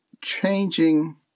changing